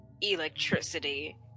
electricity